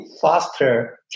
faster